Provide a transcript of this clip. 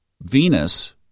Venus